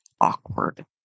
awkward